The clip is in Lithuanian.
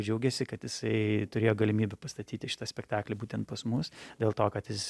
džiaugėsi kad jisai turėjo galimybę pastatyti šitą spektaklį būtent pas mus dėl to kad jis